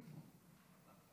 בבקשה.